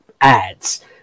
ads